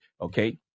Okay